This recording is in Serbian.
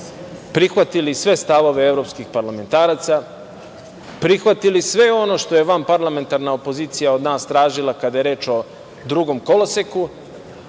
Prihvatili sve stavove evropskih parlamentaraca, prihvatili sve ono što je vanparlamentarna opozicija od nas tražila kada je reč o drugom koloseku,